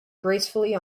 gracefully